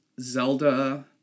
Zelda